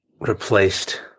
Replaced